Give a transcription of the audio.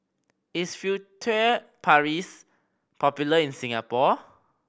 is Furtere Paris popular in Singapore